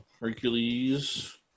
Hercules